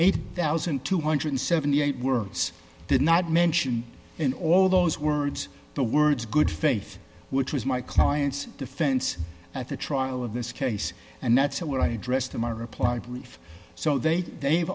eight thousand two hundred and seventy eight words did not mention in all those words the words good faith which was my client's defense at the trial of this case and that's what i addressed in my reply brief so they